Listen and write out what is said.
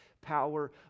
power